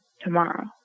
tomorrow